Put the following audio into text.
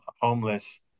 homeless